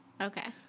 okay